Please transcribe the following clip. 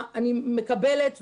אני מקבלת,